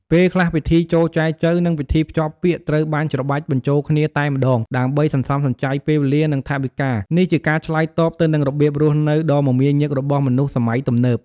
ពេលខ្លះពិធីចូលចែចូវ និងពិធីភ្ជាប់ពាក្យត្រូវបាន ច្របាច់បញ្ចូលគ្នា តែម្ដង ដើម្បីសន្សំសំចៃពេលវេលា និងថវិកា នេះជាការឆ្លើយតបទៅនឹងរបៀបរស់នៅដ៏មមាញឹករបស់មនុស្សសម័យទំនើប។